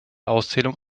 auszählung